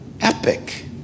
epic